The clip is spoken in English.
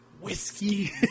Whiskey